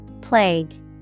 Plague